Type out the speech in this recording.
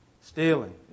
Stealing